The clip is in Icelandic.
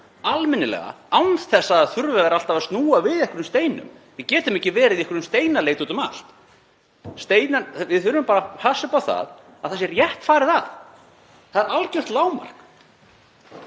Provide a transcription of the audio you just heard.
almennilega án þess að þurfa að vera alltaf að snúa við einhverjum steinum. Við getum ekki verið í einhverri steinaleit úti um allt. Við þurfum bara að passa upp á að það sé rétt farið að. Það er algjört lágmark.